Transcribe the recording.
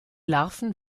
larven